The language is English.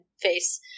face